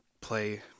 Play